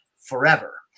forever